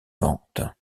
ventes